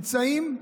שנמצאים,